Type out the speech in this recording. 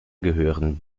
gehören